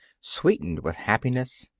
sweetened with happiness.